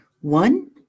One